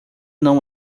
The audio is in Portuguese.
não